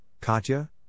Katya